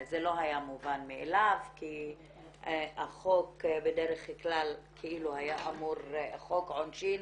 זה לא היה מובן מאליו כי החוק, כאילו חוק עונשין,